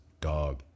dog